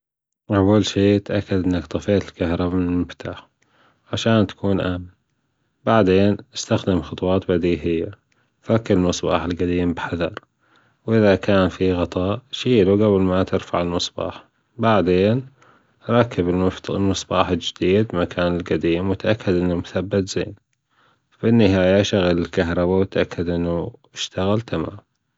أول شي أتأكد ـنك طفيت الكهربا من المفتاح عشان تكون آمن بعدين أستخدم خطوات بديهيه فك المصباح بحذر وإذا كان في غطاء شيله جبل ما ترفع المصباح بعدين ركب المصباح الجديد مكان الجديم وأتأكد أنه مثبت زين في النهاية شغل الكهربا وأتأكد أنه أشتغل تمام